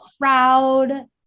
crowd